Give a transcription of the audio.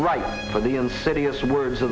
right for the insidious words